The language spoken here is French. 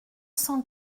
cent